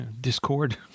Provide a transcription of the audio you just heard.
Discord